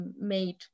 made